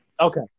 Okay